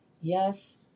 Yes